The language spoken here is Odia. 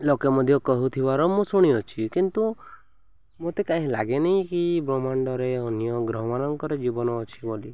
ଲୋକେ ମଧ୍ୟ କହୁଥିବାର ମୁଁ ଶୁଣି ଅଛି କିନ୍ତୁ ମୋତେ କାହିଁ ଲାଗେନି କି ବ୍ରହ୍ମାଣ୍ଡରେ ଅନ୍ୟ ଗ୍ରହମାନଙ୍କର ଜୀବନ ଅଛି ବୋଲି